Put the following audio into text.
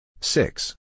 Six